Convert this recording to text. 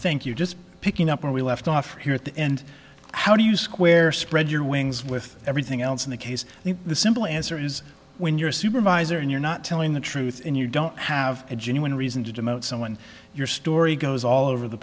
thank you just picking up where we left off here at the end how do you square spread your wings with everything else in the case and the simple answer is when you're a supervisor and you're not telling the truth and you don't have a genuine reason to demote someone your story goes all over the